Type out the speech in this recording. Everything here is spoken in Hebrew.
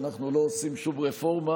אנחנו לא עושים שום רפורמה.